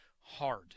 hard